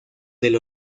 del